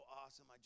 awesome